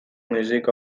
music